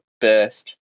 best